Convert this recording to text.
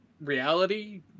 reality